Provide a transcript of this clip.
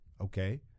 Okay